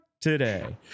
Today